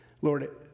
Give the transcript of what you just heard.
Lord